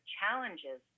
challenges